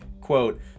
Quote